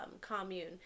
commune